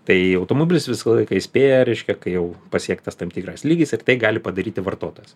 tai automobilis visą laiką įspėja reiškia kai jau pasiektas tam tikras lygis ir tai gali padaryti vartotojas